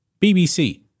BBC